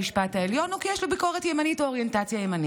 המשפט העליון או כי יש לו ביקורת ימנית או אוריינטציה ימנית.